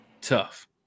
tough